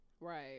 Right